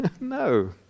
no